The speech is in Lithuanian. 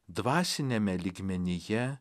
dvasiniame lygmenyje